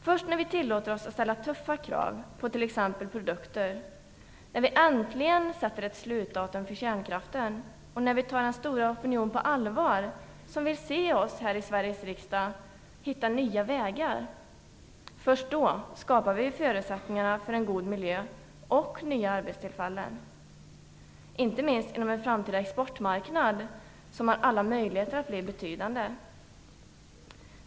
Först när vi tillåter oss att ställa tuffa krav på t.ex. produkter, när vi sätter ett slutdatum för kärnkraften och först när vi tar den stora opinion på allvar som vill se oss här i Sveriges riksdag hitta nya vägar skapar vi förutsättningarna för en god miljö och nya arbetstillfällen, inte minst inom den framtida exportmarknaden, som har alla möjligheter att bli betydande.